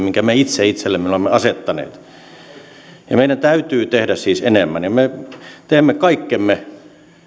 minkä me itse itsellemme olemme asettaneet meidän täytyy tehdä siis enemmän ja me teemme kaikkemme